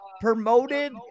promoted